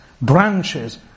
branches